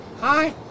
Hi